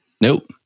Nope